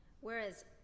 Whereas